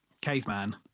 Caveman